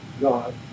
God